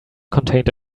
contained